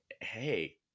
hey